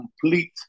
complete